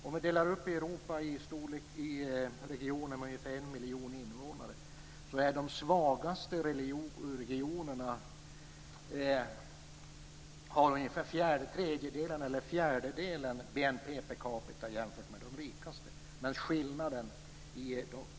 Om vi delar upp Europa i regioner om ungefär en miljon invånare, visar det sig att de svagaste regionerna har en BNP per capita som är ungefär en tredjedel eller en fjärdedel av de rikaste regionernas.